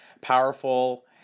powerful